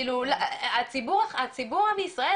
הציבור בישראל,